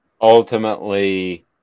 ultimately